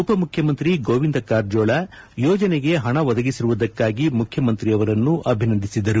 ಉಪಮುಖ್ಶಮಂತ್ರಿ ಗೊಂವಿಂದ ಕಾರಜೋಳ ಯೋಜನಗೆ ಪಣ ಒದಗಿಸಿರುವುದಕ್ಕಾಗಿ ಮುಖ್ಯಮಂತ್ರಿ ಅವರನ್ನು ಅಭಿನಂದಿಸಿದರು